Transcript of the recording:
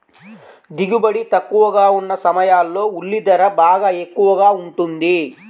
దిగుబడి తక్కువగా ఉన్న సమయాల్లో ఉల్లి ధర బాగా ఎక్కువగా ఉంటుంది